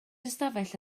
ystafell